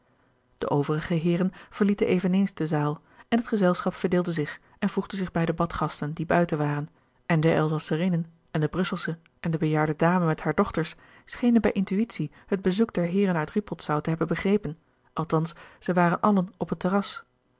de overige heeren verlieten eveneens de zaal en het gezelschap verdeelde zich en voegde zich bij de badgasten gerard keller het testament van mevrouw de tonnette die buiten waren en de elzasserinnen en de brusselsche en de bejaarde dame met hare dochters schenen bij intuitie het bezoek der heeren uit rippoldsau te hebben begrepen althans zij waren allen op het terras